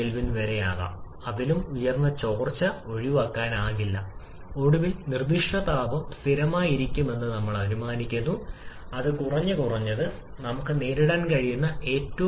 അതാണ് ഒരു ഇതിനായുള്ള വർദ്ധിച്ചുവരുന്ന നിർദ്ദിഷ്ട ചൂടിനെക്കുറിച്ചും അതിന്റെ ഫലത്തെക്കുറിച്ചും നിങ്ങൾക്ക് വ്യക്തമായി പറയാൻ കഴിയും ഇവിടെ നിന്ന് കാണുക